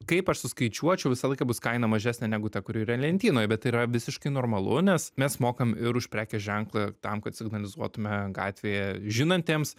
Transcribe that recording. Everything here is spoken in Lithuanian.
kaip aš suskaičiuočiau visą laiką bus kaina mažesnė negu ta kuri yra lentynoje bet tai yra visiškai normalu nes mes mokam ir už prekės ženklą tam kad signalizuotume gatvėje žinantiems